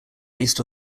based